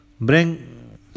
bring